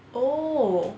oh